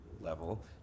level